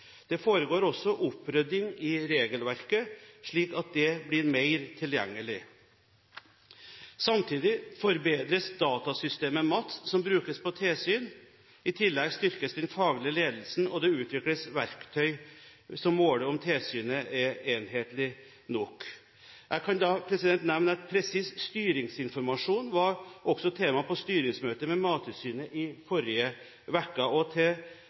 Det foregår også opprydding i regelverket, slik at det blir mer tilgjengelig. Samtidig forbedres datasystemet MATS, som brukes på tilsyn. I tillegg styrkes den faglige ledelsen, og det utvikles verktøy som måler om tilsynet er enhetlig nok. Jeg kan nevne at presis styringsinformasjon også var temaet på styringsmøtet med Mattilsynet i forrige